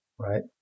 Right